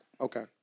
Okay